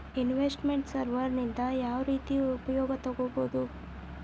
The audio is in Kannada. ಇನ್ವೆಸ್ಟ್ ಮೆಂಟ್ ಸರ್ವೇಸ್ ನಿಂದಾ ಯಾವ್ರೇತಿ ಉಪಯೊಗ ತಗೊಬೊದು?